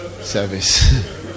service